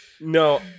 no